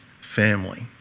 family